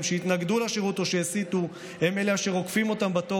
שהתנגדו לשירות או שהסיתו הם אשר עוקפים אותם בתור